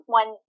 one